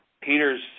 Peter's